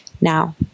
now